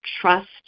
trust